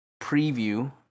preview